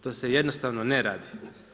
To se jednostavno ne radi.